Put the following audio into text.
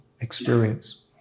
experience